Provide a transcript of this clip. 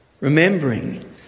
Remembering